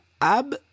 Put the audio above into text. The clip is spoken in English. Ab